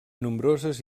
nombroses